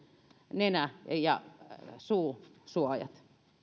nenä ja suusuojat